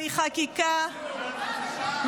חצי שעה היא